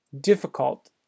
difficult